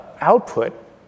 output